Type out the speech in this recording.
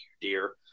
dear